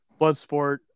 Bloodsport